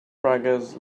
braggers